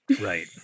Right